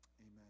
amen